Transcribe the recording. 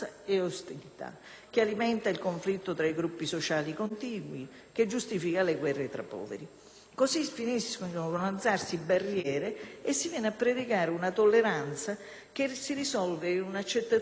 Così finiscono con alzarsi barriere e si viene a predicare una tolleranza che si risolve in una accettazione dell'altro, del cittadino straniero considerato come un diverso, perché prevalentemente le norme sono dirette